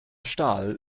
stahl